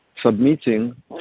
submitting